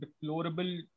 deplorable